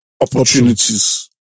opportunities